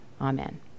Amen